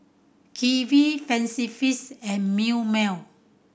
Kiwi Fancy Feast and Milkmaid